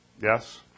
Yes